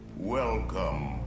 Welcome